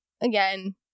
Again